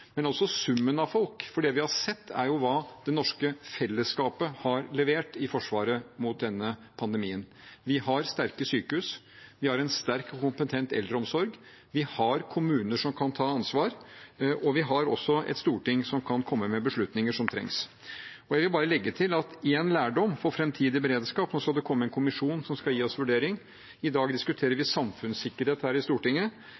men også summen av folk. Det vi har sett, er hva det norske fellesskapet har levert i forsvaret mot denne pandemien. Vi har sterke sykehus, vi har en sterk og kompetent eldreomsorg, vi har kommuner som kan ta ansvar, og vi har også et storting som kan komme med beslutninger som trengs. Nå skal det komme en kommisjon som skal gi oss en vurdering, og i dag diskuterer vi samfunnssikkerhet her i Stortinget. Jeg vil bare legge til at en lærdom for framtidig beredskap er at vi må investere i